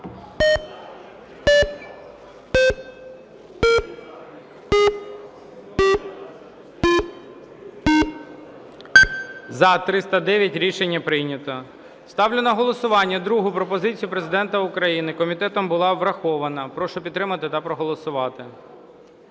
За-309 Рішення прийнято. Ставлю на голосування другу пропозицію Президента України. Комітетом була врахована. Прошу підтримати та проголосувати.